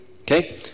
okay